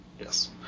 Yes